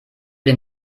den